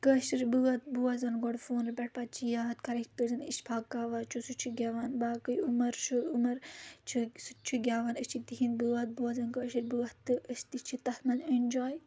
کٲشر بٲتھ بوزَان گۄڈٕ فون پؠٹھ پَتہٕ چھِ یاد کَران یِتھ کٲٹھۍ زَن اِشفاق چھُ سُہ چھُ گؠوان باقٕے عمر چھُ عُمَر چھُ سُہ تہِ چھُ گؠوَان أسۍ چھِ تِہِنٛدۍ بٲتھ بوزَان کٲشِر بٲتھ تہٕ أسۍ تہِ چھِ تَتھ منٛز اؠنجوے